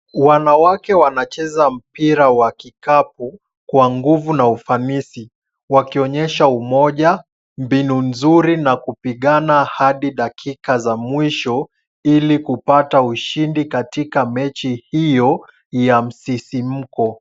Wanawake wanacheza mpira wa kikapu kwa nguvu na ufanisi wakionyesha umoja, mbinu nzuri na kupigana hadi dakika za mwisho ili kupata ushindi katika mechi hiyo ya msisimko.